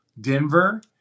Denver